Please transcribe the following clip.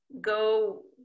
go